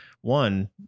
one